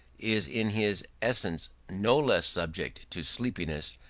is in his existence no less subject to sleepiness,